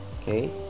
okay